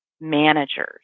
managers